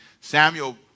Samuel